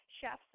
chefs